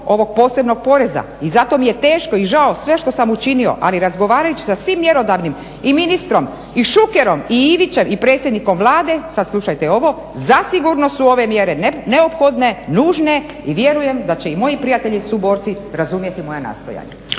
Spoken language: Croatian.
ovog posebnog poreza i zato mi je teško i žao, sve što sam učinio, ali razgovarajući sa svim mjerodavnim, i ministrom i Šukerom i Ivićem i predsjednikom Vlade, sad slušajte ovo, zasigurno su ove mjere neophodne, nužne i vjerujem da će i moji prijatelji suborci razumjeti moja nastojanja.